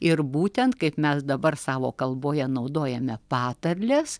ir būtent kaip mes dabar savo kalboje naudojame patarles